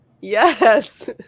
Yes